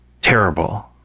terrible